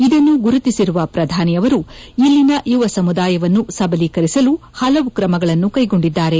ಇದನ್ನು ಗುರುತಿಸಿರುವ ಪ್ರಧಾನಿ ಅವರು ಇಲ್ಲಿನ ಯುವ ಸಮುದಾಯವನ್ನು ಸಬಲೀಕರಿಸಲು ಹಲವು ಕ್ರಮಗಳನ್ನು ಕ್ಷೆಗೊಂಡಿದ್ದಾರೆ